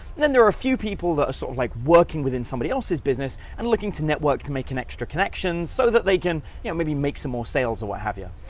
then there are few people that are sort of like working within somebody else's business and looking to network to make an extra connection so that they can, you know maybe make some more sales or what have ya.